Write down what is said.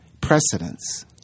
precedents